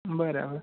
બરાબર